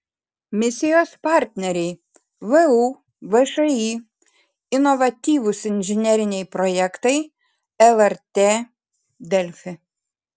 misijos partneriai vu všį inovatyvūs inžineriniai projektai lrt delfi